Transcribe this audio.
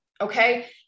Okay